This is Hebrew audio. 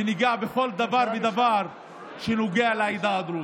וניגע בכל דבר ודבר שנוגע לחברה הדרוזית.